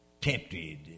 tempted